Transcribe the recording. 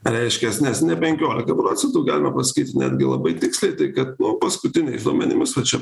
reiškias nes ne penkiolika procentų galima pasakyti netgi labai tiksliai tai kad nu paskutiniais duomenimis va čia